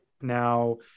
now